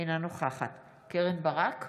אינה נוכחת קרן ברק,